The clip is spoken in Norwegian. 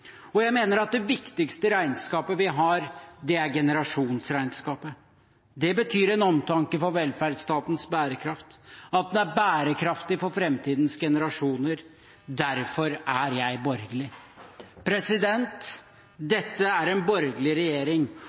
er jeg borgerlig. Jeg mener det viktigste regnskapet vi har, er generasjonsregnskapet. Det betyr en omtanke for velferdsstatens bærekraft, at den er bærekraftig for framtidens generasjoner. Derfor er jeg borgerlig. Dette er en borgerlig regjering,